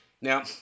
Now